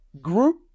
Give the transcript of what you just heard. group